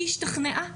היא השתכנעה,